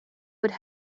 would